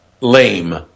Lame